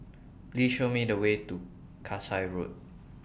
Please Show Me The Way to Kasai Road